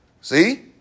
See